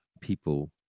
people